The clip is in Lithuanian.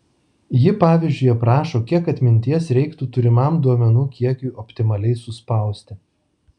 ji pavyzdžiui aprašo kiek atminties reiktų turimam duomenų kiekiui optimaliai suspausti